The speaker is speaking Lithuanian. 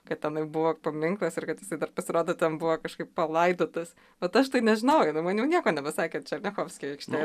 kad tenai buvo paminklas ir kad jisai dar pasirodo ten buvo kažkaip palaidotas bet aš tai nežinau jinai man jau nieko nebesakė černiachovskio aikštė